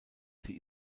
sie